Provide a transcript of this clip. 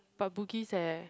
but Bugis eh